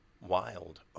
wild